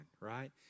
right